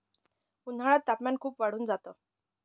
उन्हाळ्यात तापमान खूप वाढून जात